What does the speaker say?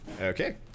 Okay